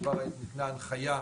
כבר ניתנה הנחייה